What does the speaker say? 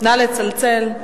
נא לצלצל.